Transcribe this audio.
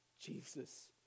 Jesus